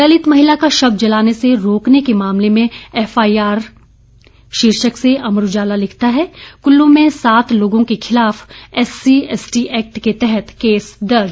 दलित महिला का शव जलाने से रोकने के मामले में एफआईआर शीर्षक से अमर उजाला लिखता है कुल्लू में सात लोगों के खिलाफ एससी एसटी एक्ट के तहत केस दर्ज